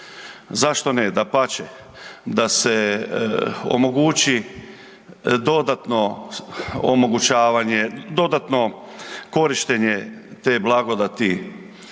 zašto ne, dapače, da se omogući dodatno omogućavanje, dodatno korištenje te blagodati